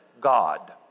God